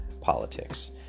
Politics